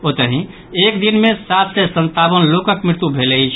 ओतहि एक दिन मे सात सय सतावन लोकक मृत्यु भेल अछि